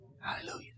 Hallelujah